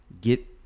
get